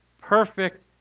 perfect